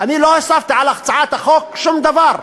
על הצעת החוק שום דבר.